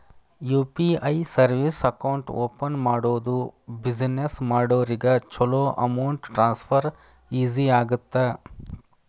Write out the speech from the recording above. UPI service account open ಮಾಡೋದು business ಮಾಡೋರಿಗ ಚೊಲೋ ಅಮೌಂಟ್ ಟ್ರಾನ್ಸ್ಫರ್ ಈಜಿ ಆಗತ್ತ